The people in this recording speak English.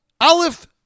Aleph